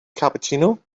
cappuccino